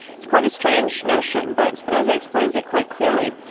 it's quite a strange notion, but spinoza explains it quite clearly.